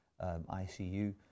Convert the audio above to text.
ICU